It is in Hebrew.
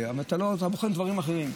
אבל אתה בוחן דברים אחרים.